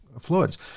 fluids